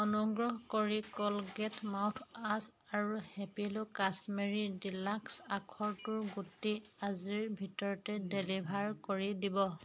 অনুগ্ৰহ কৰি Colgate mouthwash আৰু হেপিলো কাশ্মীৰী ডিলাক্স আখৰোটৰ গুটি আজিৰ ভিতৰতে ডেলিভাৰ কৰি দিব